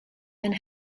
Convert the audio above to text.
and